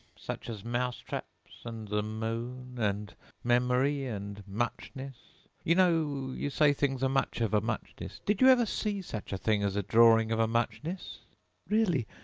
such as mouse-traps, and the moon, and memory, and muchness you know you say things are much of a muchness did you ever see such a thing as a drawing of a muchness really,